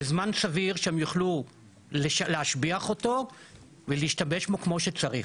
בזמן סביר שהם יוכלו להשביח אותו ולהשתמש בו כמו שצריך.